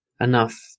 enough